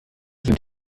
sind